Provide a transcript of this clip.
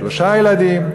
שלושה ילדים,